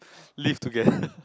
live together